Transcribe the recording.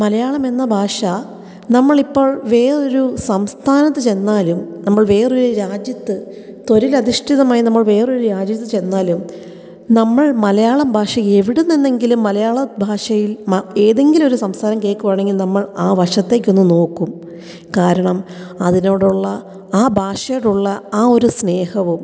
മലയാളം എന്ന ഭാഷ നമ്മൾ ഇപ്പോൾ വേറൊരു സംസ്ഥാനത്ത് ചെന്നാലും നമ്മൾ വേറൊരു രാജ്യത്ത് തൊഴിലധിഷ്ഠിതമായി നമ്മൾ വേറൊരു രാജ്യത്ത് ചെന്നാലും നമ്മൾ മലയാളം ഭാഷ എവിടുനിന്നെങ്കിലും മലയാളം ഭാഷയിൽ മ ഏതെങ്കിലും ഒരു സംസാരം കേക്കുവാണെങ്കിൽ നമ്മൾ ആ വശത്തേക്ക് ഒന്ന് നോക്കും കാരണം അതിനോടുള്ള ആ ഭാഷയോടുള്ള ആ ഒരു സ്നേഹവും